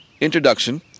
introduction